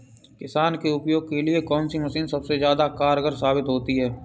किसान के उपयोग के लिए कौन सी मशीन सबसे ज्यादा कारगर साबित होती है?